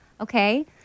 okay